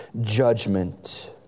judgment